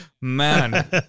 Man